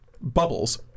Bubbles